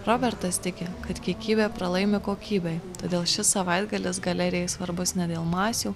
robertas tiki kad kiekybė pralaimi kokybei todėl šis savaitgalis galerijai svarbus ne dėl masių